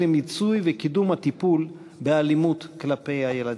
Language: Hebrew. למיצוי וקידום הטיפול באלימות כלפי הילדים.